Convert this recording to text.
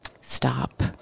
stop